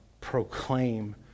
proclaim